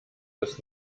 des